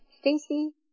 Stacy